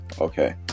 Okay